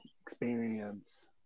experience